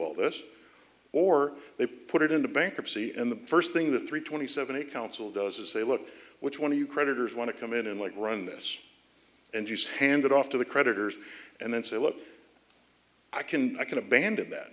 all this or they put it into bankruptcy and the first thing the three twenty seven a council does is say look which one of you creditors want to come in and like run this and use handed off to the creditors and then say look i can i can abandon that